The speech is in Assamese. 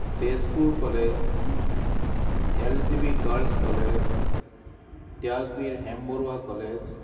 Tezpur college L G B girls college Tyagbir Hembarua college